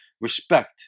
respect